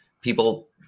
people